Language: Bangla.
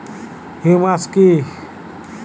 হিউমাস কি?